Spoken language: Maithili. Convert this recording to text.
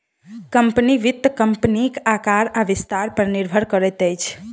कम्पनी, वित्त कम्पनीक आकार आ विस्तार पर निर्भर करैत अछि